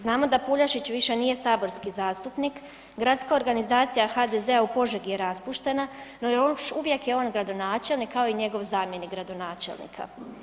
Znamo da Puljašić više nije saborski zastupnik, Gradska organizacija HDZ-a u Požegi je raspuštena, no još uvijek je on gradonačelnik kao i njegov zamjenik gradonačelnika.